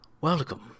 welcome